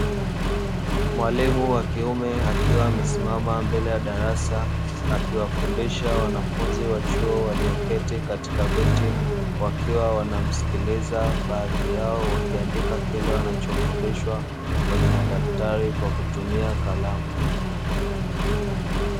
Mwalimu wa kiume akiwa amesimama mbele ya darasa, akiwafundisha wanafunzi wa chuo walioketi katika viti, wakiwa wanamsikiliza baadhi yao wakiandika kile wanachofundishwa kwenye madaftari kwa kutumia kalamu.